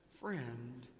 friend